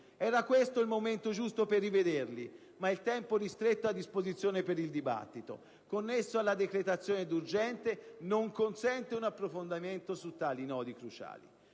Era questo il momento giusto per rivederli, ma il tempo ristretto a disposizione per il dibattito connesso alla decretazione d'urgenza non consente un approfondimento su tali nodi cruciali.